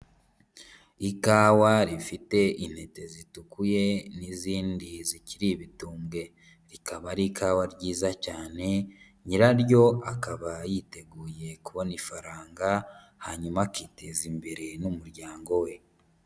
Ikawa rifite intete zitukuye n'izindi zikiri ibitumbwe, rikaba ari ikawa ryiza cyane nyiraryo akaba yiteguye kubona ifaranga, hanyuma akiteza imbere n'umuryango we.